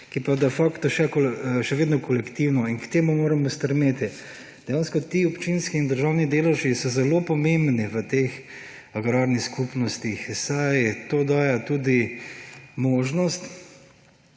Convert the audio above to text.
ki pa je de facto še vedno kolektivno in k temu moramo stremeti. Dejansko ti občinski in državni deleži so zelo pomembni v teh agrarnih skupnostih, saj to daje tudi možnost